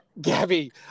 Gabby